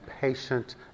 patient